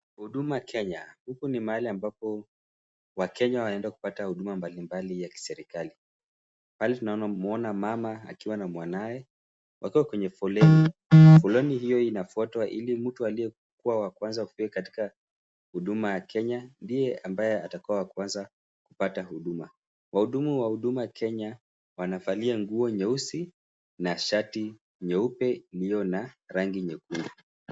Huduma Kenya huku ni mahali ambapo wakenya wanaenda kupata Huduma ya kiserikali pale tunamwona mama akiwa na mwanawe wako kwenye foleni foleni hiyo inafuatwa hili mtu aliyekuwa wa kwanza kufika katika Huduma ya kenya ndiye ambaye atakuwa wa kwanza kupata Huduma wahudumu wa huduma Kenya wanavalia nguo nyeusi na shati nyeupe iliyo na rangi nyekundu.